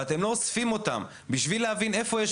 ואתם לא אוספים אותם בשביל להבין איפה יש